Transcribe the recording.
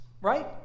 right